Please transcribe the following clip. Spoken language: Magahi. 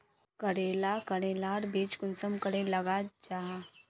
करेला करेलार बीज कुंसम करे लगा जाहा?